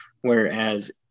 whereas